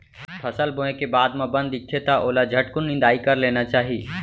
फसल बोए के बाद म बन दिखथे त ओला झटकुन निंदाई कर लेना चाही